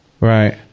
right